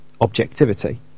objectivity